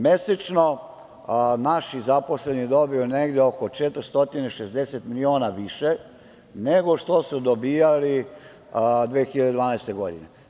Mesečno naši zaposleni dobiju negde oko 460 miliona više, nego što su dobijali 2012. godine.